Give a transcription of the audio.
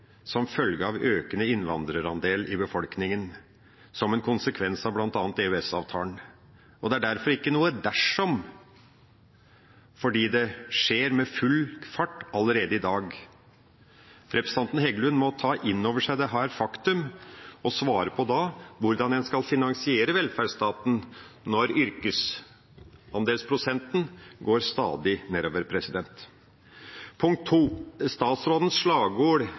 som følge av økende innvandrerandel i befolkninga, som en konsekvens av bl.a. EØS-avtalen. Det er derfor ikke noe «dersom», fordi det skjer med full fart allerede i dag. Representanten Heggelund må ta inn over seg dette faktum og svare på hvordan en skal finansiere velferdsstaten når yrkesandelsprosenten går stadig nedover. Så til statsrådens slagord